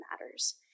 matters